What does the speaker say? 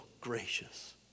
gracious